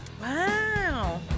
Wow